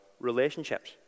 relationships